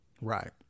Right